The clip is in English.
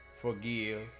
forgive